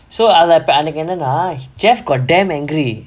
so அது அப்ப அன்னைக்கு என்னனா:athu appe annaikku ennanaa his chef got damn angry